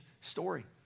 story